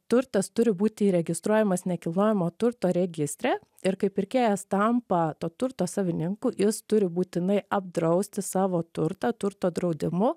turtas turi būt įregistruojamas nekilnojamo turto registre ir kaip pirkėjas tampa to turto savininku jis turi būtinai apdrausti savo turtą turto draudimu